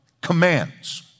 commands